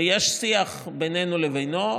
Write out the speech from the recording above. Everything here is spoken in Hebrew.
ויש שיח בינינו לבינו,